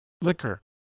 Liquor